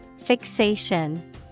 Fixation